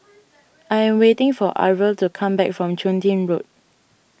I am waiting for Arvel to come back from Chun Tin Road